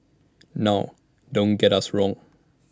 now don't get us wrong